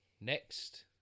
next